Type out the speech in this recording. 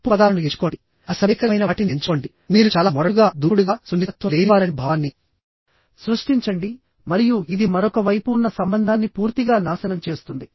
తప్పు పదాలను ఎంచుకోండి అసభ్యకరమైన వాటిని ఎంచుకోండి మీరు చాలా మొరటుగా దూకుడుగా సున్నితత్వం లేనివారని భావాన్ని సృష్టించండి మరియు ఇది మరొక వైపు ఉన్న సంబంధాన్ని పూర్తిగా నాశనం చేస్తుంది